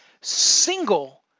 single